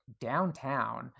downtown